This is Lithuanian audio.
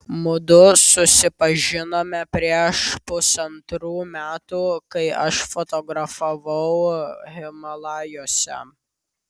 mudu susipažinome prieš pusantrų metų kai aš fotografavau himalajuose